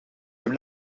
hemm